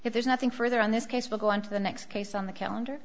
if there's nothing further on this case vocal on to the next case on the calendar